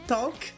talk